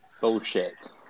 Bullshit